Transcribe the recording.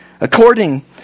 According